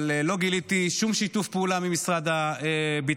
אבל לא גיליתי שום שיתוף פעולה ממשרד הביטחון,